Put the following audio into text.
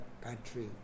country